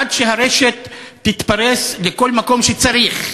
עד שהרשת תתפרס לכל מקום שצריך.